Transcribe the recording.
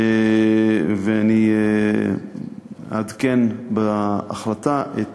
ואני אעדכן בהחלטה את